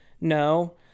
No